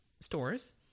stores